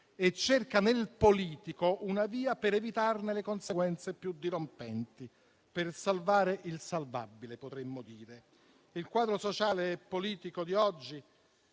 e cerca nel politico una via per evitarne le conseguenze più dirompenti: per salvare il salvabile, potremmo dire. Il quadro sociale e politico di oggi,